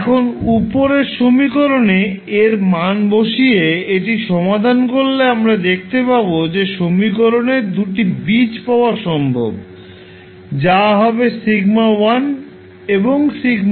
এখন উপরের সমীকরণ এ এর মান বসিয়ে এটি সমাধান করলে আমরা দেখতে পাবো যে সমীকরণের 2 টি বীজ পাওয়া সম্ভব যা হবে σ1 এবং σ2